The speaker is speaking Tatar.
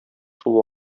шул